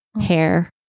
hair